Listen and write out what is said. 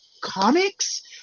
comics